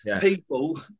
People